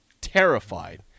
Terrified